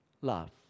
love